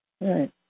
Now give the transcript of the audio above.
Right